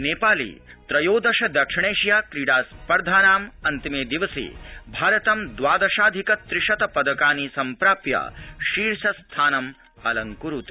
नेपाले त्रयोदश दक्षिणैशिया क्रीडा स्पर्धानाम् अन्तिमे दिवसे भारतं द्वादशधिक त्रिशत पदकानि सम्प्राप्य शीर्षस्थानम् अलंकुरुत